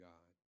God